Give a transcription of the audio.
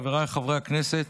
חבריי חברי הכנסת,